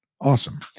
Awesome